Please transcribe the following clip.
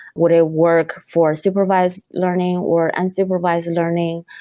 would it work for supervised learning, or unsupervised learning,